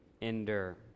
endure